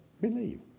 believe